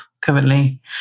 currently